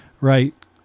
Right